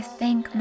thank